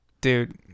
Dude